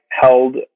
held